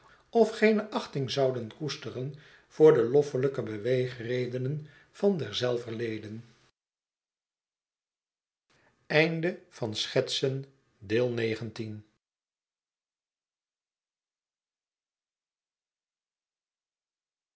of geene achting zouden koesteren voor de loffelijke beweegredenen van derzelver leden